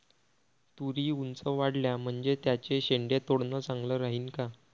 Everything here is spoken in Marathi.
तुरी ऊंच वाढल्या म्हनजे त्याचे शेंडे तोडनं चांगलं राहीन का?